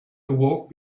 awoke